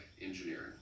engineering